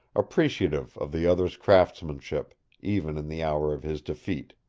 appreciative of the other's craftsmanship even in the hour of his defeat.